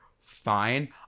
fine